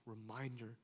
reminder